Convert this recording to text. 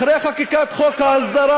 אחרי חקיקת חוק ההסדרה,